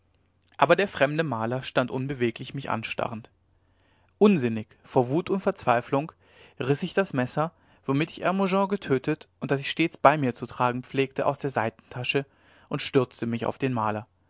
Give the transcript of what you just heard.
aber der fremde maler stand unbeweglich mich anstarrend unsinnig vor wut und verzweiflung riß ich das messer womit ich hermogen getötet und das ich stets bei mir zu tragen pflegte aus der seitentasche und stürzte mich auf den maler